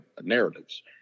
narratives